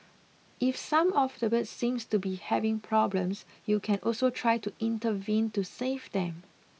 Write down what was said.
if some of the birds seems to be having problems you can also try to intervene to save them